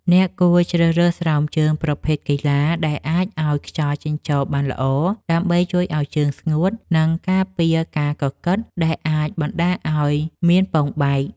អ្នកគួរជ្រើសរើសស្រោមជើងប្រភេទកីឡាដែលអាចឱ្យខ្យល់ចេញចូលបានល្អ ដើម្បីជួយឱ្យជើងស្ងួត និងការពារការកកិតដែលអាចបណ្ដាលឱ្យមានពងបែក។